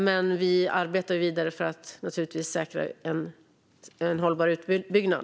Men vi arbetar naturligtvis vidare för att säkra en hållbar utbyggnad.